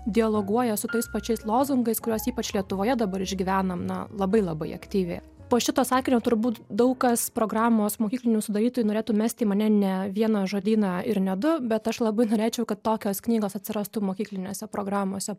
dialoguoja su tais pačiais lozungais kuriuos ypač lietuvoje dabar išgyvenam na labai labai aktyviai po šito sakinio turbūt daug kas programos mokyklinių sudarytojų norėtų mesti į mane ne vieną žodyną ir ne du bet aš labai norėčiau kad tokios knygos atsirastų mokyklinėse programose